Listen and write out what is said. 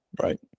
right